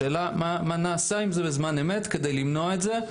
השאלה היא מה נעשה עם זה בזמן אמת כדי למנוע את זה.